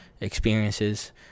experiences